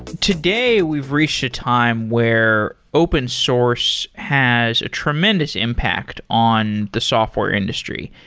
today, we've reached a time where open source has a tremendous impact on the software industry,